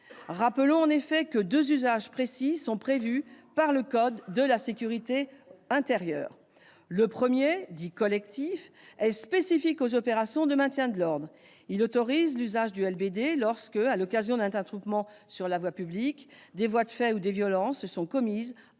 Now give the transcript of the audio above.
... De fait, deux usages précis sont prévus par le code de la sécurité intérieure. Le premier, dit collectif, est spécifique aux opérations de maintien de l'ordre : le recours au LBD est autorisé lorsque, à l'occasion d'un attroupement sur la voie publique, des voies de fait ou des violences sont commises